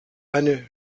eine